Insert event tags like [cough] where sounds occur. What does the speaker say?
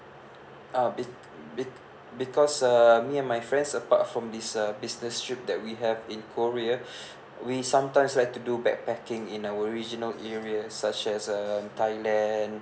uh it it because um me and my friends apart from this uh business trip that we have in korea [breath] we sometimes like to do backpacking in our regional areas such as uh thailand